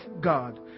God